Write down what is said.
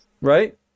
right